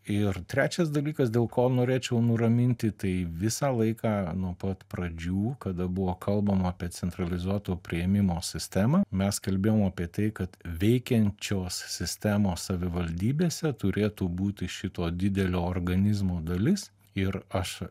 ir trečias dalykas dėl ko norėčiau nuraminti tai visą laiką nuo pat pradžių kada buvo kalbama apie centralizuoto priėmimo sistemą mes kalbėjom apie tai kad veikiančios sistemos savivaldybėse turėtų būti šito didelio organizmo dalis ir aš